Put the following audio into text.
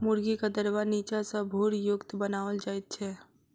मुर्गीक दरबा नीचा सॅ भूरयुक्त बनाओल जाइत छै